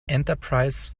enterprise